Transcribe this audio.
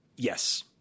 Yes